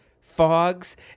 fogs